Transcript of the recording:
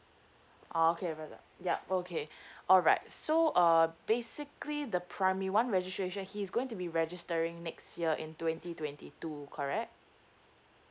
oh okay brother yup okay alright so uh basically the primary one registration he is going to be registering next year in twenty twenty two correct